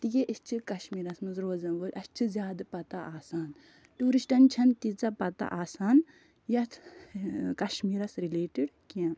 تہٕ یہِ أسۍ چھِ کَشمیٖرَس منٛز روزان وٲلۍ اَسہِ چھِ زیادٕ پتاہ آسان ٹیٛوٗرِسٹَن چھِنہٕ تیٖژاہ پتاہ آسان یَتھ کَشمیٖرَس رِلیٹِڈ کیٚنٛہہ